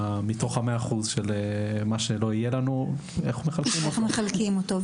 מתוך 100% של מה שיהיה לנו, איך מחלקים אותו.